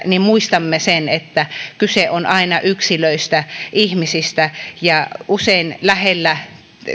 niin muistakaamme se että kyse on aina yksilöistä ihmisistä ja usein lähellä